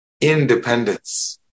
independence